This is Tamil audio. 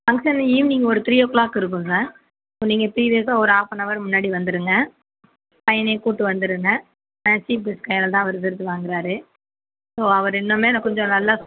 ஃபங்க்ஷன் ஈவினிங் ஒரு த்ரீ ஓ கிளாக் இருக்கும் சார் இப்போ நீங்கள் பிரீவியஸாக ஒரு ஹாஃப் அண்ட் ஹவர் முன்னாடி வந்துருங்க பையனையும் கூட்டு வந்துருங்க ஆ சீஃப் கெஸ்ட் கையால் தான் அவர் விருது வாங்கறாரு ஸோ அவர் இன்னுமே இன்னும் கொஞ்சம் நல்லா